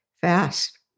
Fast